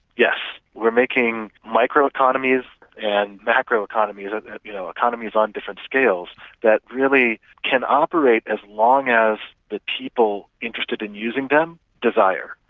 yes, we're making micro-economies and macro-economies, you know economies on different scales that really can operate as long as the people interested in using them desire.